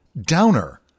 Downer